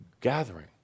gathering